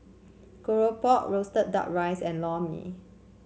keropok roasted duck rice and Lor Mee